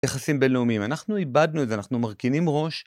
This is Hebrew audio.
יחסים בינלאומיים, אנחנו איבדנו את זה, אנחנו מרכינים ראש.